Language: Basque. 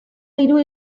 dirua